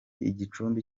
igicumbi